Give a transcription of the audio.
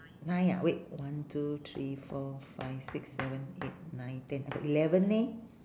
nine ah wait one two three four five six seven eight nine ten I got eleven eh